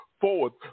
forward